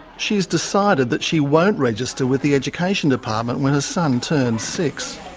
she has decided that she won't register with the education department when her son turns six.